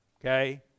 Okay